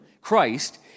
Christ